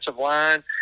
line